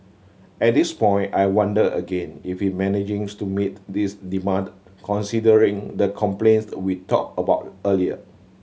at this point I wonder again if he managing's to meet these demand considering the complaints we talked about earlier